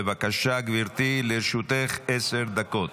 בבקשה, גברתי, לרשותך עשר דקות.